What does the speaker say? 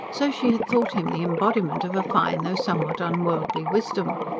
so she had thought him the embodiment of a fine, though somewhat unworldly wisdom.